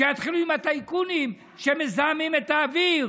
שיתחילו עם הטייקונים שמזהמים את האוויר.